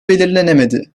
belirlenemedi